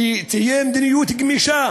שתהיה מדיניות גמישה